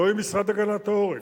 לא עם משרד הגנת העורף,